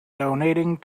donating